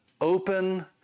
open